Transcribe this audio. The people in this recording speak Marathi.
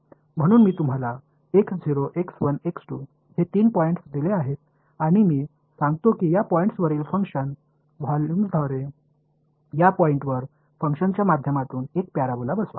म्हणून मी तुम्हाला हे तीन पॉईंट्स दिले आहेत आणि मी सांगतो की या पॉईंट्सवरील फंक्शन व्हॅल्यूजद्वारे या पॉईंट व फंक्शन्सच्या माध्यमातून एक पॅराबोला बसवा